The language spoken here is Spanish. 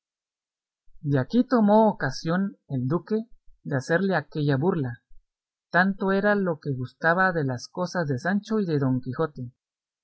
de aquí tomó ocasión el duque de hacerle aquella burla tanto era lo que gustaba de las cosas de sancho y de don quijote